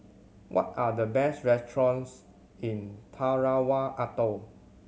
what are the best restaurants in Tarawa Atoll